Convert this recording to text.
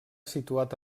situat